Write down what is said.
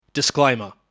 Disclaimer